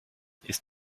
ist